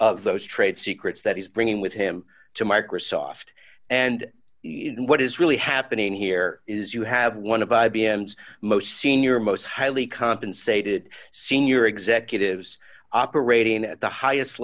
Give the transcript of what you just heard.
of those trade secrets that he's bringing with him to microsoft and what is really happening here is you have one of i b m s most senior most highly compensated senior executives operating at the highest